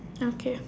okay